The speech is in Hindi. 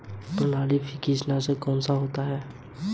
मैं अपने फोन के रिचार्ज के लिए कौन सी एप्लिकेशन इस्तेमाल करूँ?